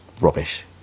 rubbish